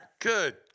Good